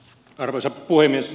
arvoisa puhemies